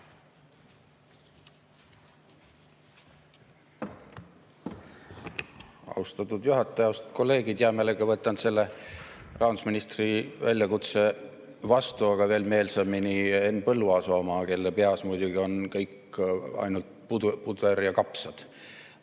Austatud juhataja! Austatud kolleegid! Hea meelega võtan rahandusministri väljakutse vastu, aga veel meelsamini Henn Põlluaasa oma, kelle peas muidugi on kõik ainult puder ja kapsad.